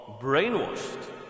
brainwashed